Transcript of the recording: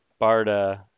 barda